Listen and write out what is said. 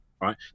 Right